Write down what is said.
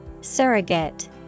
Surrogate